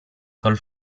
col